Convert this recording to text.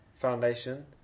Foundation